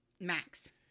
Max